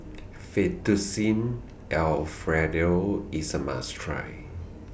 Fettuccine Alfredo IS A must Try